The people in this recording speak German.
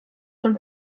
von